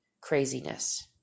craziness